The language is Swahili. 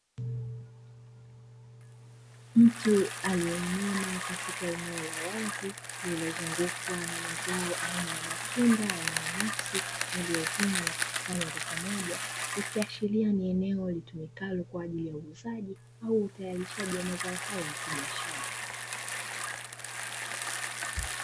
Mtu aliyeinama katika eneo la wazi lililozungukwa na mazao aina ya matunda ya mananasi yaliyo vunwa na kukusanywa kwa pamoja, ikiashiria ni eneo litumikalo kwa ajili ya uuzaji au utayarishaji wa mazao hayo ya kibiashara.